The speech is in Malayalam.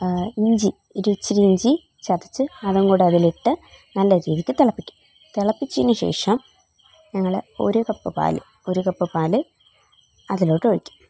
ഇഞ്ചി ഒരു ഇച്ചിരി ഇഞ്ചി ചതച്ച് അതും കൂടെ അതിലിട്ട് നല്ല രീതിയ്ക്ക് തിളപ്പിക്കും തിളപ്പിച്ചേനു ശേഷം ഞങ്ങൾ ഒരു കപ്പ് പാൽ ഒരു കപ്പ് പാൽ അതിലോട്ട് ഒഴിക്കും